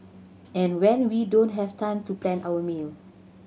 and when we don't have time to plan our meal